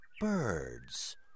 birds